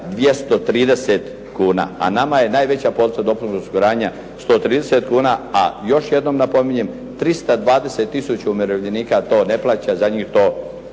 230 kuna, a nama je najveća polica dopunskog osiguranja 130 kuna. A još jednom napominjem 320 000 umirovljenika to ne plaća. Za njih to